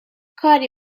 کاری